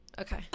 Okay